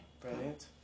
brilliant